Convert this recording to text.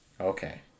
Okay